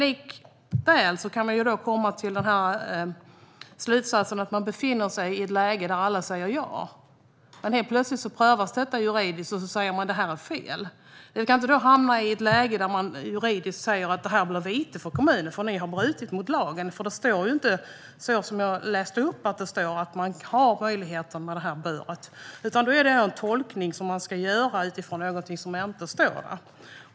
Man kan komma till slutsatsen att man befinner sig i ett läge där alla säger ja. Men helt plötsligt prövas detta juridiskt, och så sägs det att det här är fel. Det kan komma till ett läge där det juridiskt sägs att det blir vite för kommunen för att den har brutit mot lagen, för det står inte så som jag läste upp, att man har möjligheten med detta "bör", utan man ska göra en tolkning utifrån någonting som inte står där.